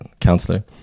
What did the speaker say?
counselor